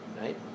right